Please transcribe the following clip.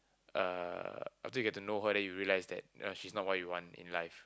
uh after you get to know her then you realized that uh she's not what you want in life